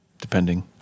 Depending